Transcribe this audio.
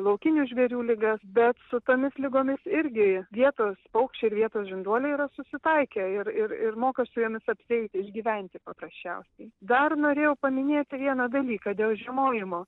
laukinių žvėrių ligas bet su tomis ligomis irgi vietos paukščiai ir vietos žinduoliai yra susitaikę ir ir ir moka su jomis apsieiti išgyventi paprasčiausiai dar norėjau paminėti vieną dalyką dėl žiemojimo